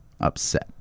upset